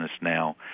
now